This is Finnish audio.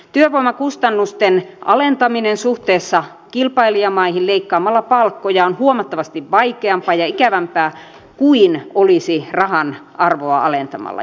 työvoimakustannusten alentaminen suhteessa kilpailijamaihin leikkaamalla palkkoja on huomattavasti vaikeampaa ja ikävämpää kuin olisi rahan arvoa alentamalla